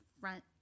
front